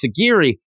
sagiri